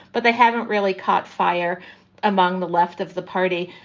but they haven't really caught fire among the left of the party.